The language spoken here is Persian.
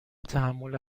تحمل